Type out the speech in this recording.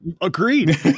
Agreed